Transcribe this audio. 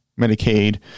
Medicaid